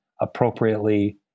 appropriately